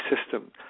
system